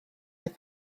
oedd